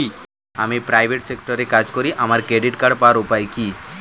আমি প্রাইভেট সেক্টরে কাজ করি আমার ক্রেডিট কার্ড পাওয়ার উপায় কি?